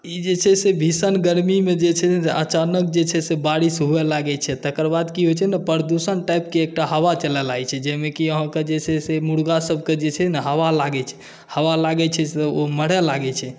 ई जे छै से भीषण गरमीमे जे छै से अचानक जे छै से बारिश हुये लागै छै तकर बाद की होइ छै ने प्रदुषण टाइपके एकटा हवा चलऽ लागै छै जाहिमे कि आहाँकेॅं जे छै से मुर्गा सबके जे छै ने हवा लागै छै हवा लागै छै तऽ ओ मरए लागै छै